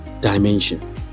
dimension